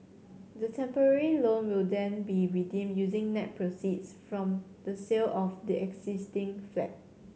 the temporary loan will then be redeemed using net proceeds from the sale of the existing flat